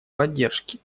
поддержки